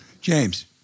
James